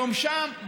יום שם,